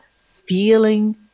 feeling